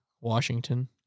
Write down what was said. Washington